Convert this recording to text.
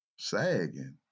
sagging